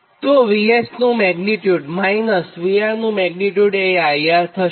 તો નું VS magnitude minus VR નું મેગ્નીટ્યુડ એ IR થશે